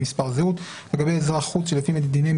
המקביל לזה במח"ש זה ראש אגף חקירות ומודיעין וראש מפלג מודיעין,